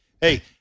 hey